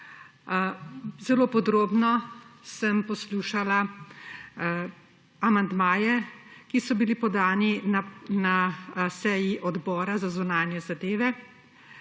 Zelo podrobno sem poslušala amandmaje, ki so bili podani na seji Odbora za zunanjo